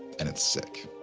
and it's sick!